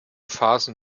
phasen